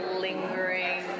lingering